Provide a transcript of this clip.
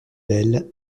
belle